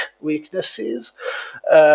weaknesses